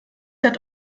hat